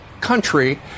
country